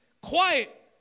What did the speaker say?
Quiet